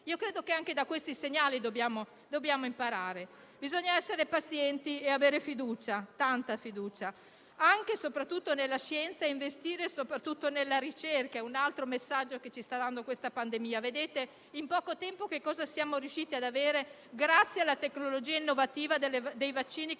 convinta che anche da questi segnali dobbiamo imparare. Bisogna essere pazienti e avere fiducia, tanta fiducia, anche e soprattutto nella scienza e investire soprattutto nella ricerca: è un altro messaggio che ci sta dando questa pandemia. Guardiamo che cosa siamo riusciti ad avere in poco tempo, grazie alla tecnologia innovativa dei vaccini